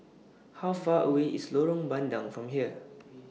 How Far away IS Lorong Bandang from here